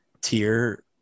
tier